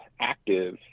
active